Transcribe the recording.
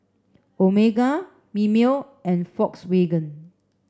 Omega Mimeo and Volkswagen